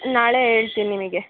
ನಾಳೆ ಹೇಳ್ತೀನಿ ನಿಮಗೆ